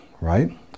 right